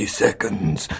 seconds